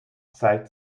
zeigt